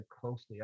closely